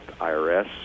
IRS